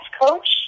Coach